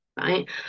right